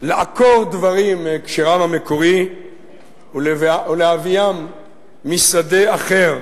לעקור דברים מהקשרם המקורי ולהביאם משדה אחר,